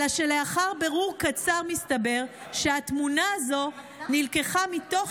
אלא שלאחר בירור קצר מסתבר שהתמונה הזאת נלקחה מתוך